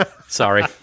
Sorry